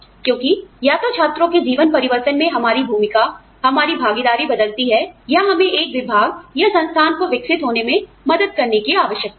क्योंकि आप जानते हैं या तो छात्रों के जीवन परिवर्तन में हमारी भूमिका हमारी भागीदारी बदलती है या हमें एक विभाग या संस्थान को विकसित होने में मदद करने की आवश्यकता है